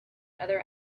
other